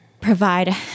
provide